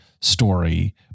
story